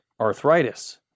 arthritis